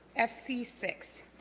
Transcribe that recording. f c six